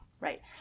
Right